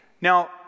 Now